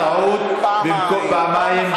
חבר הכנסת זוהיר בהלול הצביע בטעות פעמיים.